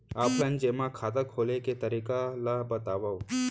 Offline जेमा खाता खोले के तरीका ल बतावव?